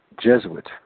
Jesuit